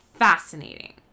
fascinating